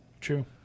True